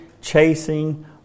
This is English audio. chasing